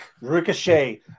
Ricochet